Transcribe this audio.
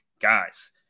guys